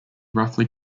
roughly